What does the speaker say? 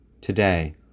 Today